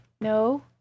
No